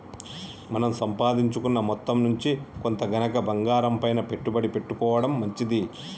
మన సంపాదించుకున్న మొత్తం నుంచి కొంత గనక బంగారంపైన పెట్టుబడి పెట్టుకోడం మంచిది